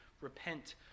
repent